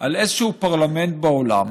על איזשהו פרלמנט בעולם